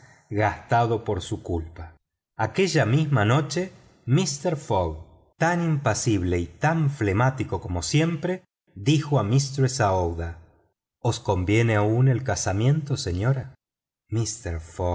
gastado por su culpa aquella misma noche mister fogg tan impasible y tan flemático como siempre dijo a mistress aouida os conviene aún el casamiento señora mister